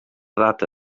data